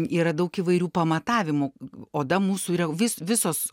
yra daug įvairių pamatavimų oda mūsų yra vis visos